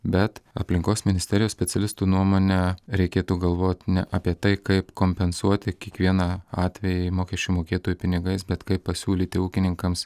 bet aplinkos ministerijos specialistų nuomone reikėtų galvot ne apie tai kaip kompensuoti kiekvieną atvejį mokesčių mokėtojų pinigais bet kaip pasiūlyti ūkininkams